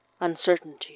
uncertainty